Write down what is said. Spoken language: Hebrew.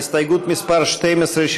הסתייגות מס' 12,